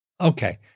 Okay